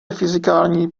fyzikální